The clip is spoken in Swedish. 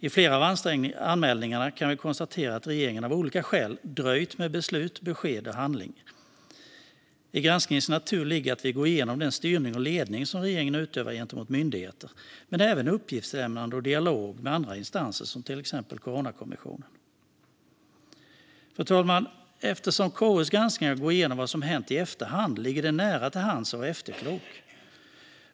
I fråga om flera av anmälningarna kan vi konstatera att regeringen av olika skäl har dröjt med beslut, besked eller handlingar. Det ligger i granskningens natur att vi går igenom den styrning och ledning som regeringen utövar gentemot myndigheter men även uppgiftslämnande och dialog med andra instanser, till exempel Coronakommissionen. Gransknings betänkandeInledning Fru talman! Eftersom KU:s granskningar i efterhand går igenom vad som har hänt ligger det nära till hands att vara efterklok.